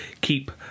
keep